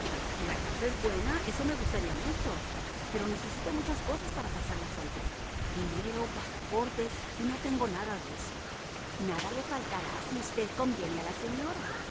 si la casa es buena eso me gustaría mucho pero necesito muchas cosas para pasar la frontera dinero pasaportes y no tengo nada de eso nada le faltará si usted conviene a la señora